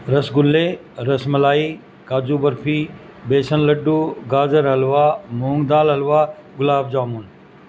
رس گلے رس ملائی کاجو برفی بیسن لڈو گاجر حلوہ مونگ دال حلوہ گلاب جامن